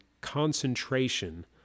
concentration